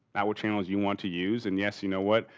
not what channels you want to use. and yes, you know what?